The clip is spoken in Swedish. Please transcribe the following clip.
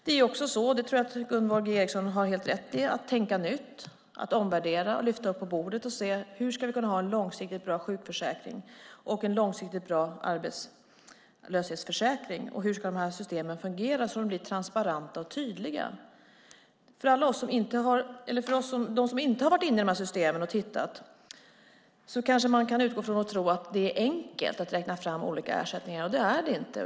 Det är också så, det tror jag att Gunvor G Ericson har helt rätt i, att vi får tänka nytt, omvärdera och lyfta upp på bordet för att se hur vi ska kunna ha en långsiktigt bra sjukförsäkring och en långsiktigt bra arbetslöshetsförsäkring. Hur ska de här systemen fungera så att de blir transparenta och tydliga? De som inte har varit inne i de här systemen och tittat kan kanske utgå från att det är enkelt att räkna fram olika ersättningar, men det är det inte.